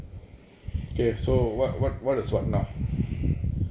okay so what what what is what now